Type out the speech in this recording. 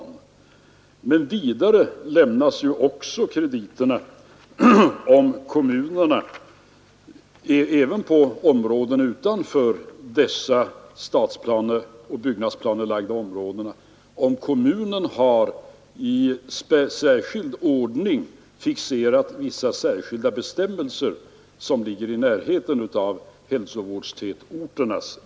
För det andra lämnas krediterna även utanför dessa stadsplaneoch byggnadsplanelagda områden, om kommunen har i särskild ordning fixerat vissa speciella bestämmelser som ligger i närheten att lämna krediterna.